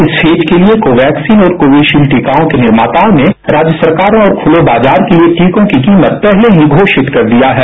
इस फेज के लिए कोवैक्सीन और कोविशील्ड टीकाओं के निर्माताओं ने राज्य सरकारों और खुले बाजार के लिए टीकों की कीमत पहले ही घोषित कर दी है